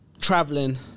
traveling